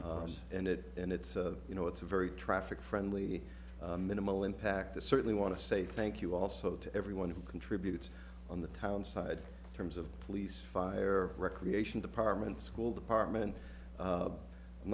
about and it and it's you know it's a very traffic friendly minimal impact that certainly want to say thank you also to everyone who contributes on the town side terms of police fire recreation department school department